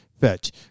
fetch